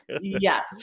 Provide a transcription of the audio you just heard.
Yes